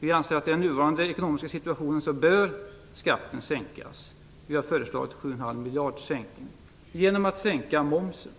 Vi menar att skatten i den nuvarande ekonomiska situationen bör sänkas. Vi har föreslagit en sänkning med 7 1⁄2 miljard genom en minskning av momsen.